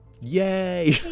yay